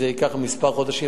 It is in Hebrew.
שייקח כמה חודשים,